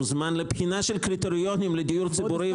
זמן לבחינה של קריטריונים לדיור ציבורי,